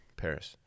paris